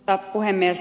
herra puhemies